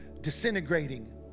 disintegrating